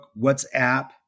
WhatsApp